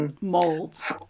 molds